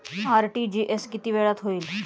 RTGS किती वेळात होईल?